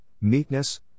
meekness